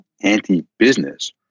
anti-business